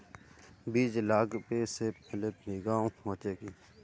बीज लागबे से पहले भींगावे होचे की?